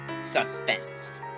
Suspense